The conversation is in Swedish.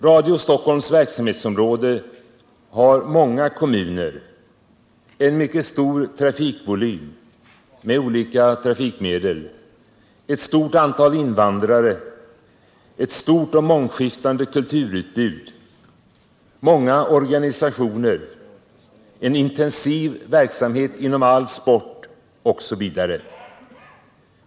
Radio Stockholms verksamhetsområde har många kommuner, en mycket stortrafikvolym med olika trafik medel, ett stort antal invandrare, ett stort och mångskiftande kulturutbud, många organisationer, en intensiv verksamhet inom all sport osv.